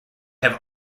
have